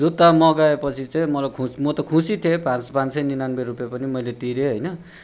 जुत्ता मगाए पछि चाहिँ मलाई खुस म त खुसी थिएँ पाँच पाँच सय उनानब्बे रुप्पे पनि मैले तिरेँ होइन